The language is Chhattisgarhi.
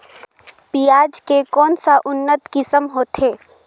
पियाज के कोन कोन सा उन्नत किसम होथे?